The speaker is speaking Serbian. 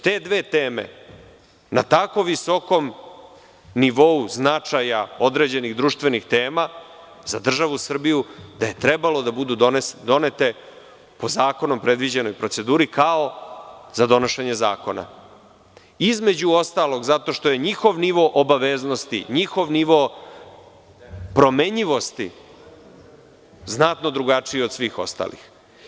Te dve teme su na tako visokom nivou značaja određenih društvenih tema za državu Srbiju, da je trebalo da budu donete po zakonom predviđenoj proceduri kao za donošenje zakona, između ostalog zato što je nivo obaveznosti, njihov nivo promenljivosti znatno drugačiji od svih ostalih.